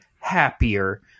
happier